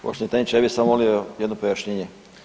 Poštovani tajniče, ja bih samo molio jedno pojašnjenje.